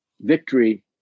victory